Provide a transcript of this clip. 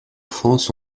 france